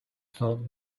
felt